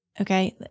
Okay